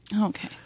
okay